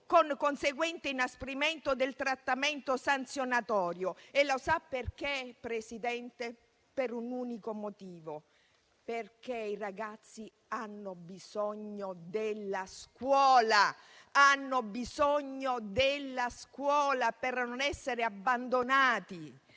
con conseguente inasprimento del trattamento sanzionatorio. E lo sa perché, Presidente? Per un unico motivo: perché i ragazzi hanno bisogno della scuola per non essere abbandonati.